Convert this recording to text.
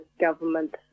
government